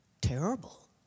Terrible